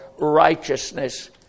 righteousness